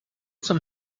zum